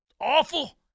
Awful